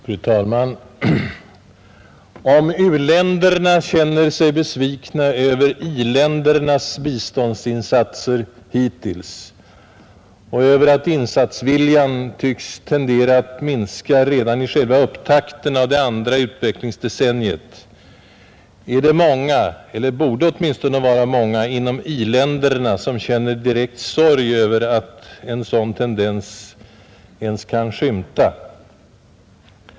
Fru talman! Om u-länderna känner sig besvikna över i-ländernas biståndsinsatser hittills och över att insatsviljan tycks tendera att minska redan i själva upptakten av det andra utvecklingsdecenniet, är det många eller borde det åtminstone vara många inom i-länderna som känner direkt sorg över att vi alltså tycks kunna skymta en sådan tendens.